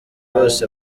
bose